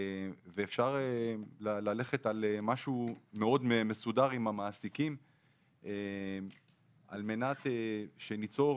ואפשר ללכת על משהו מאוד מסודר עם המעסיקים על מנת שניצור